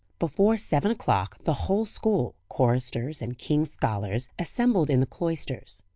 before seven o'clock, the whole school, choristers and king's scholars, assembled in the cloisters.